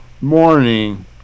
morning